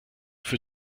für